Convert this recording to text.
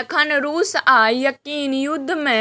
एखन रूस आ यूक्रेन युद्ध मे